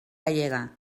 gallega